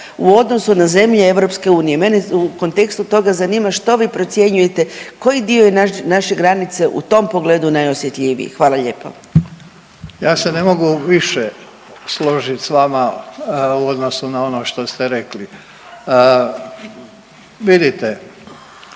u odnosu na zemlje EU. Mene u kontekstu toga zanima što vi procjenjujete koji dio je naše granice u tom kontekstu najosjetljiviji? Hvala lijepo. **Božinović, Davor (HDZ)** Ja se ne mogu više složit s vama u odnosu na ono što ste rekli. Vidite,